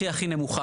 הכי הכי נמוכה.